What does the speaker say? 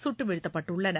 சுட்டு வீழ்த்தப்பட்டுள்ளனர்